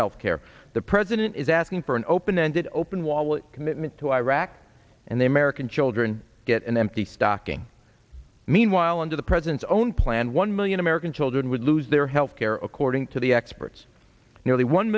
health care the president is asking for an open ended open wallet commitment to iraq and the american children get an empty stocking meanwhile under the president's own plan one million american children would lose their health care according to the experts nearly one